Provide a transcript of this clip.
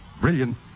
Brilliant